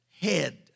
head